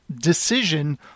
decision